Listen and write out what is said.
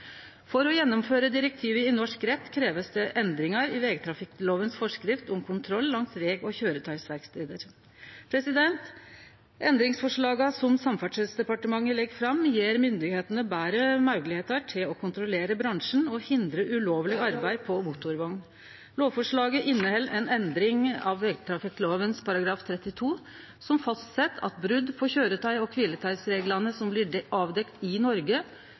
For å gjennomføre direktiva i norsk rett krevst det endringar i forskrifta til vegtrafikklova om kontroll langs veg og av køyretøyverkstader. Endringsforslaga som Samferdselsdepartementet legg fram, gjev myndigheitene betre moglegheiter til å kontrollere bransjen og hindre ulovleg arbeid på motorvogn. Lovforslaget inneheld ei endring av § 32 i vegtrafikklova, som fastset at brot på køyre- og kviletidsreglane som blir avdekt i Noreg,